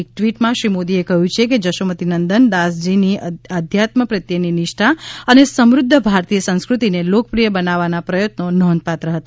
એક ટવીટમાં શ્રી મોદીએ કહ્યું કે જશોમતીનંદન દાસજીની આધ્યાત્મ પ્રત્યેની નિષ્ઠા અને સમૃધ્ધ ભારતીય સંસ્કૃતિને લોકપ્રિય બનાવવાના પ્રયત્નો નોંધપાત્ર હતા